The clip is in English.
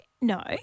no